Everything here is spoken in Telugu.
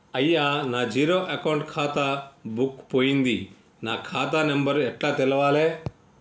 అయ్యా నా జీరో అకౌంట్ ఖాతా బుక్కు పోయింది నా ఖాతా నెంబరు ఎట్ల తెలవాలే?